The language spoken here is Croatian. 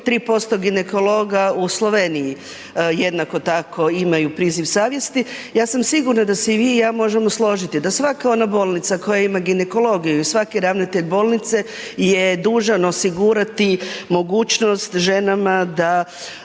3% ginekologa u Sloveniji jednako tako imaju priziv savjesti. Ja sam sigurna da se i vi i ja možemo složiti, da svaka ona bolnica koja ima ginekologiju i svaki ravnatelj bolnice je dužan osigurati mogućnost ženama da